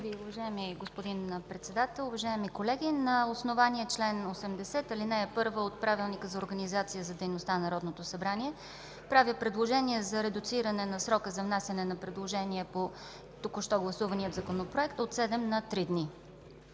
Ви, уважаеми господин Председател. Уважаеми колеги, на основание чл. 80, ал. 1 от Правилника за организацията и дейността на Народното събрание правя предложение за редуциране на срока за внасяне на предложения по току-що гласувания Законопроект от 7 на 3 дни.